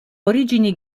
origini